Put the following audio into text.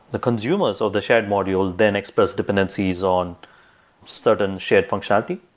the consumers of the shared module then express dependencies on certain shared functionality.